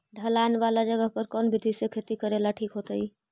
ढलान वाला जगह पर कौन विधी से खेती करेला ठिक होतइ?